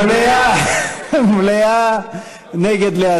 מליאה או להסיר.